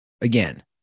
again